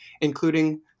including